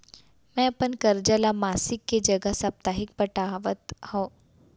मै अपन कर्जा ला मासिक के जगह साप्ताहिक पटावत हव